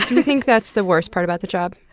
ah you think that's the worst part about the job?